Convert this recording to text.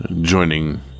joining